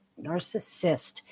narcissist